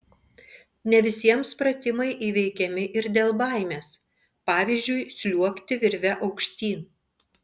ne visiems pratimai įveikiami ir dėl baimės pavyzdžiui sliuogti virve aukštyn